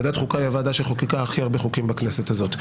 ועדת החוקה היא הוועדה שחוקקה הכי הרבה חוקים בכנסת הזאת.